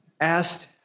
asked